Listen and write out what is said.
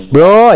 Bro